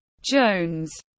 Jones